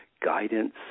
guidance